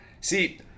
See